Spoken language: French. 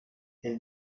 elle